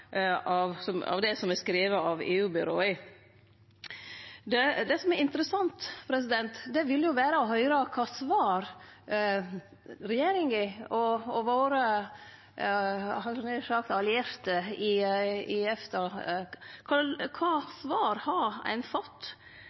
eit kopivedtak av det som er skrive av EU-byråa. Det som ville vere interessant, var å høyre kva svar regjeringa og våre – nær sagt – allierte i EFTA har fått på brevet til EU. Vert ein